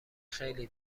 خیلی